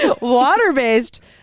water-based